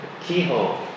keyhole